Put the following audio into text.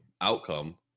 outcome